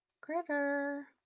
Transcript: critter